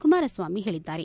ಕುಮಾರಸ್ವಾಮಿ ಹೇಳಿದ್ದಾರೆ